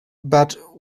but